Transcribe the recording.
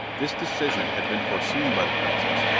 this decision had been foreseen by the princess,